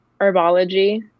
herbology